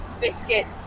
biscuits